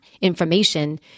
information